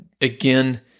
again